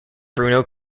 bruno